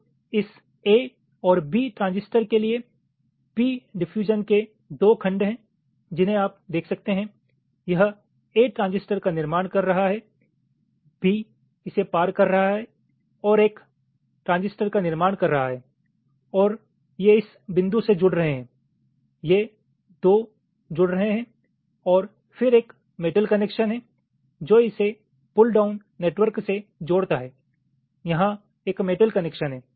तो इस A और B ट्रांजिस्टर के लिए p डिफयूजन के दो खंड हैं जिन्हें आप देख सकते हैं यह A ट्रांजिस्टर का निर्माण कर रहा है B इसे पार कर रहा है और एक ट्रांजिस्टर का निर्माण कर रहा है और ये इस बिंदु से जुड़ रहे हैं ये दो जुड़ रहे हैं और फिर एक मेटल कनेक्शनहै जो इसे पुल डाउन नेटवर्क से जोड़ता है यहाँ एक मेटल कनेक्शन है